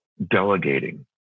delegating